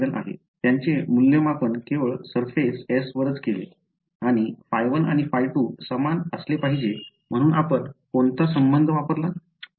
त्यांचे मूल्यमापन केवळ surface S वरच केले आणि ϕ1 आणि ϕ2 समान असले पाहिजे म्हणून आपण कोणता संबंध वापरला